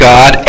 God